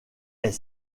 est